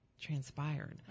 transpired